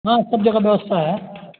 हँ सब जगह व्यवस्था है